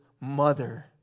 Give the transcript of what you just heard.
mother